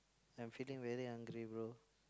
I'm feeling very hungry bro